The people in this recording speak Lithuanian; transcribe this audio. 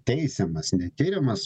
teisiamas ne tiriamas